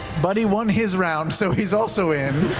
buddy won his round, so he's also in.